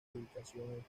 ubicación